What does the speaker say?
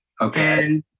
Okay